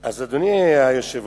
אז, אדוני היושב-ראש,